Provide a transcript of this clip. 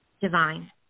divine